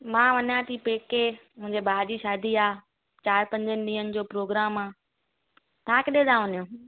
मां वञा थी पैके मुंहिजे भाउ जी शादी आहे चारि पजंनि ॾींहंनि जो प्रोग्राम आहे तव्हां कॾहिं था वञो